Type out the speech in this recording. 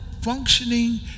functioning